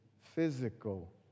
physical